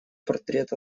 портрет